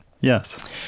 yes